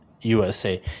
USA